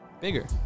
bigger